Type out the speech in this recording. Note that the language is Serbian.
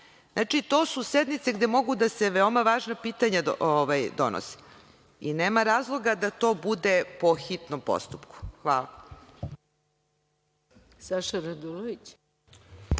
dan. Znači, to su sednice gde mogu da se veoma važna pitanja donose i nema razloga da to bude po hitnom postupku. Hvala.